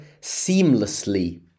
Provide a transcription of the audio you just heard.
Seamlessly